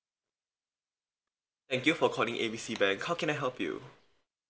thank you for calling A B C like how can I help you